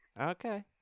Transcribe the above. Okay